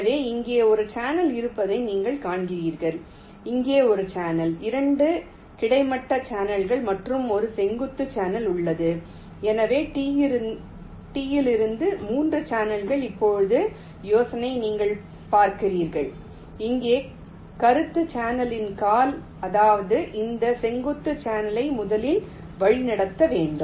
எனவே இங்கே ஒரு சேனல் இருப்பதை நீங்கள் காண்கிறீர்கள் இங்கே ஒரு சேனல் 2 கிடைமட்ட சேனல்கள் மற்றும் ஒரு செங்குத்து சேனல் உள்ளது எனவே T யிலிருந்து 3 சேனல்கள் இப்போது யோசனை நீங்கள் பார்க்கிறீர்கள் இங்கே கருத்து சேனலின் கால் அதாவது இந்த செங்குத்து சேனலை முதலில் வழிநடத்த வேண்டும்